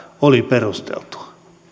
oli perusteltua